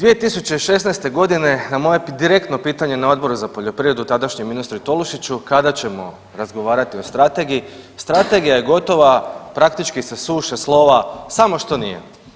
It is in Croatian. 2016.g. na moje direktno pitanje na Odboru za poljoprivredu tadašnjem ministru Tolušiću kada ćemo razgovarati o strategiji, strategija je gotova, praktički se suše slova, samo što nije.